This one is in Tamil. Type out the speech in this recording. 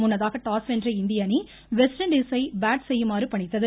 முன்னதாக டாஸ் வென்ற இந்திய அணி வெஸ்ட் இண்டீஸை பேட் செய்யுமாறு பணித்தது